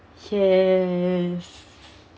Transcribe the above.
yes